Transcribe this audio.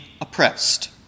oppressed